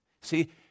See